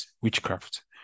witchcraft